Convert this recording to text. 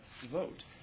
vote